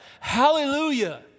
hallelujah